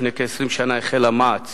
לפני כ-20 שנה החלה מע"צ